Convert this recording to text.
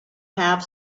have